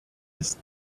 ist